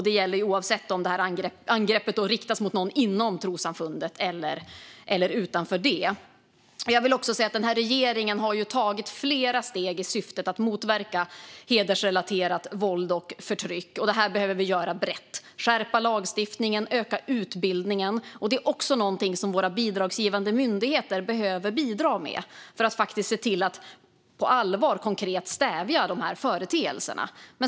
Det gäller oavsett om angreppet riktas mot någon inom trossamfundet eller utanför det. Jag vill också säga att regeringen har tagit flera steg i syfte att motverka hedersrelaterat våld och förtryck, och detta behöver vi göra brett - skärpa lagstiftningen och öka utbildningen. Detta är också något som våra bidragsgivande myndigheter behöver bidra med för att se till att på allvar och konkret stävja dessa företeelser.